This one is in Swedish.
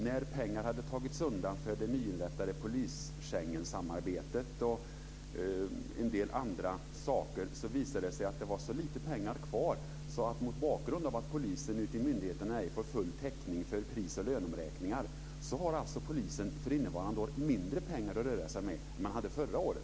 När pengar för det nyinrättade Schengenpolissamarbetet och för en del andra saker hade tagits undan, visade det sig att det var så lite pengar kvar att polisen för innevarande år har mindre pengar att röra sig med än vad den hade förra året, eftersom polisen ute på myndigheterna ej fått täckning för pris och löneomräkningar.